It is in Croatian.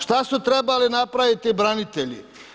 Šta su trebali napraviti branitelji?